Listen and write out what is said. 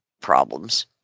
problems